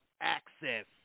access